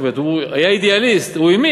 זאת אומרת, הוא היה אידיאליסט, הוא האמין.